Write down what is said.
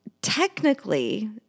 Technically